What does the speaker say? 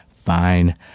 fine